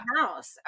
house